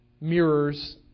mirrors